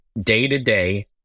day-to-day